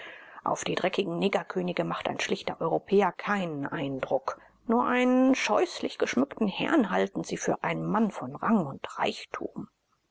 auf die dreckigen negerkönige macht ein schlichter europäer keinen eindruck nur einen scheußlich geschmückten herrn halten sie für einen mann von rang und reichtum